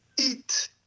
Eat